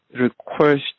request